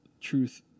truth